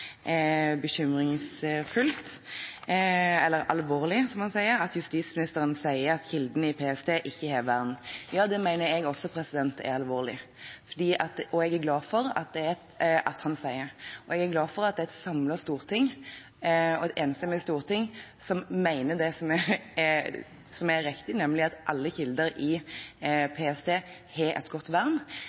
bekymringsfullt, eller «alvorlig», som han sier, at justisministeren sier at kildene i PST ikke har vern. Ja, det mener jeg også er alvorlig at han sier. Og jeg er glad for at det er et samlet storting, et enstemmig storting, som mener det som er riktig, nemlig at alle kilder i PST har et godt vern.